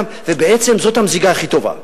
ובעצם זאת המזיגה הכי טובה.